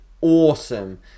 awesome